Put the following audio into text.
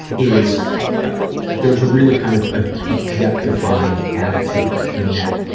is there's a really kind of ah objectifying attitude in that,